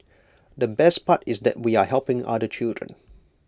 the best part is that we are helping other children